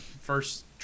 first